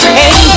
hey